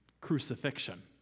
crucifixion